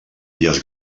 illes